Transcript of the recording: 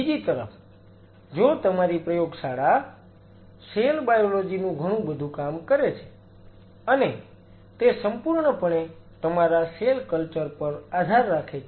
બીજી તરફ જો તમારી પ્રયોગશાળા સેલ બાયોલોજી નું ઘણું બધું કામ કરે છે અને તે સંપૂર્ણપણે તમારા સેલ કલ્ચર પર આધાર રાખે છે